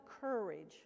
courage